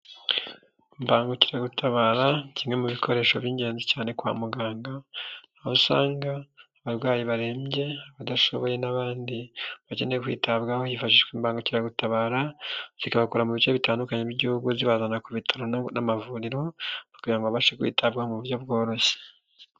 Imbangukiragutabara kimwe mu bikoresho by'ingenzi cyane kwa muganga. Aho usanga abarwayi barembye, abadashoboye n'abandi bakeneye kwitabwaho, hifashishwa imbangukiragutabara zikabakura mu bice bitandukanye by'Igihugu zibazana ku bitaro n'amavuriro kugira ngo babashe kwitabwaho mu buryo bworoshye.